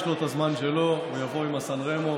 יש לנו את הזמן שלו, הוא יבוא עם הסן רמו.